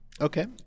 Okay